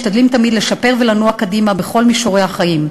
משתדלים תמיד לשפר ולנוע קדימה בכל מישורי החיים.